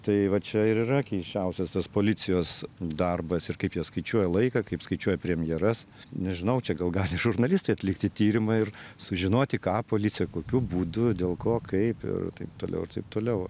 tai va čia ir yra keisčiausias tas policijos darbas ir kaip jie skaičiuoja laiką kaip skaičiuoja premjeras nežinau čia gal gali žurnalistai atlikti tyrimą ir sužinoti ką policija kokiu būdu dėl ko kaip ir taip toliau taip toliau